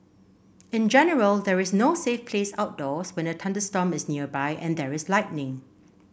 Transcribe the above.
in general there is no safe place outdoors when a thunderstorm is nearby and there is lightning